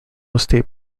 state